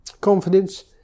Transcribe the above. confidence